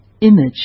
image